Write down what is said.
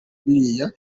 biriya